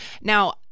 Now